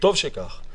וטוב שכך,